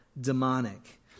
demonic